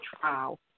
trial